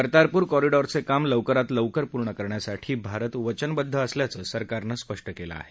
कर्तारपूर कॉरिडॉरचे काम लौकरात लौकर पूर्ण करण्यासाठी भारत वचनबद्ध असल्याचं सरकारनं स्पष्ट केलं आहे